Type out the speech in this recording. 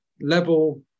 level